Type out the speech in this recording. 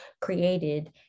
created